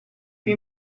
più